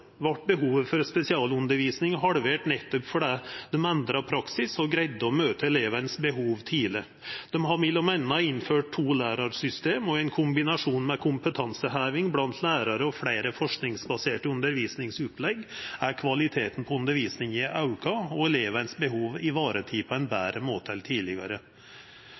vart behovet for spesialundervisning halvert nettopp fordi dei endra praksis og greidde å møta behova til elevane tidleg. Dei har m.a. innført eit tolærarsystem, og i kombinasjon med kompetanseheving blant lærarar og fleire forskingsbaserte undervisningsopplegg er kvaliteten på undervisninga auka og behova til elevane tekne vare på på ein betre måte enn tidlegare.